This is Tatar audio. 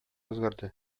үзгәрде